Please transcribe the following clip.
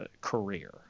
career